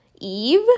Eve